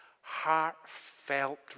heartfelt